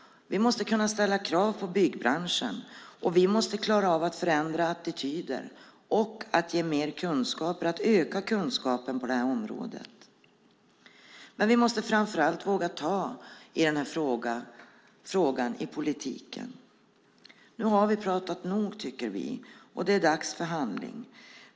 Vi måste kunna ställa krav på byggbranschen, och vi måste klara av att förändra attityder och att ge mer och ökade kunskaper på detta område. Men vi måste framför allt våga ta i denna fråga i politiken. Nu har vi pratat nog, tycker vi. Det är dags för handling.